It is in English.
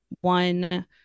one